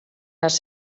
les